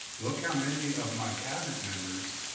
look how many of my cabinet members